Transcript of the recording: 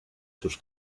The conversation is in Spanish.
sus